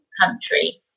country